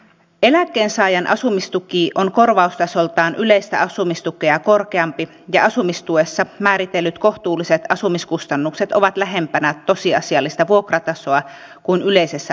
eläkkeensaajan asumistuki on korvaustasoltaan yleistä asumistukea korkeampi ja asumistuessa määritellyt kohtuulliset asumiskustannukset ovat lähempänä tosiasiallista vuokratasoa kuin yleisessä asumistuessa